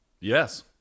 Yes